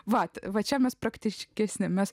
va va čia mes praktiškesni mes